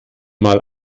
mal